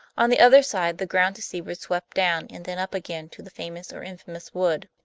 on the other side the ground to seaward swept down and then up again to the famous or infamous wood